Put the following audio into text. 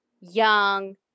young